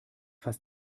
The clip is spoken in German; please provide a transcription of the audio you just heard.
fast